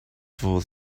for